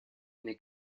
nei